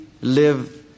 live